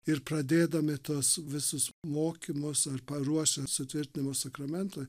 ir pradėdami tuos visus mokymus ar paruošiant sutvirtinimo sakramentui